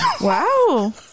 Wow